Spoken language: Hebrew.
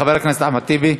חבר הכנסת אחמד טיבי יברך,